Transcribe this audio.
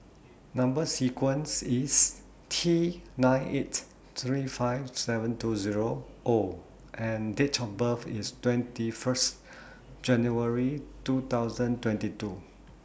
Number sequence IS T nine eight three five seven two Zero O and Date of birth IS twenty First January two thousand twenty two